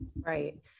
Right